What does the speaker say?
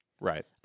Right